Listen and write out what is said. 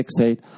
fixate